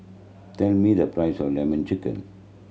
tell me the price of Lemon Chicken